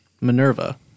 Minerva